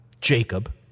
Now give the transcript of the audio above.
Jacob